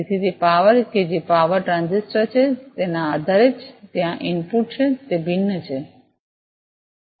તેથી તે પાવર કે જે પાવર ટ્રાંઝિસ્ટર છે તેના આધારે જે ત્યાં ઇનપુટ છે તે ભિન્ન છે